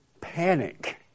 panic